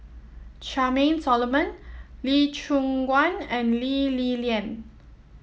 Charmaine Solomon Lee Choon Guan and Lee Li Lian